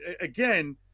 again